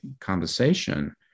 conversation